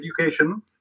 education